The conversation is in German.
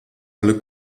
alle